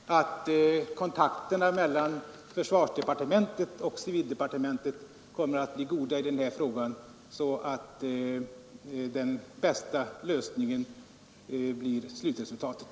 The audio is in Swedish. Herr talman! Då vill jag bara uttrycka den förhoppningen att kontakterna i denna fråga mellan försvarsdepartementet och civildepartementet kommer att bli goda, så att den bästa lösningen blir slutresultatet.